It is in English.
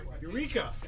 Eureka